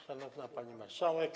Szanowna Pani Marszałek!